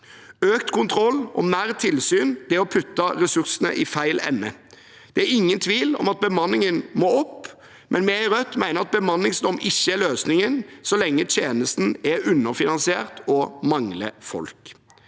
Økt kontroll og mer tilsyn er å putte ressursene i feil ende. Det er ingen tvil om at be manningen må opp, men vi i Rødt mener at bemanningsnorm ikke er løsningen så lenge tjenesten er underfinansiert og mangler folk.